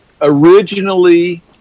originally